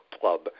club